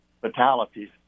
fatalities